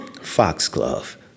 foxglove